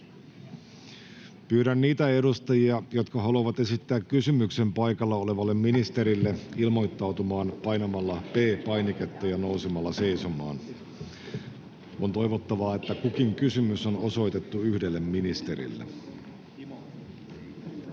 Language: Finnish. Pyydän niitä edustajia, jotka haluavat esittää kysymyksen paikalla olevalle ministerille, ilmoittautumaan painamalla P-painiketta ja nousemalla seisomaan. On toivottavaa, että kukin kysymys on osoitettu yhdelle ministerille.